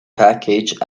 package